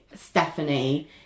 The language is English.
Stephanie